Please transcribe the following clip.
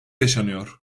yaşanıyor